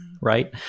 right